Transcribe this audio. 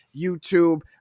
YouTube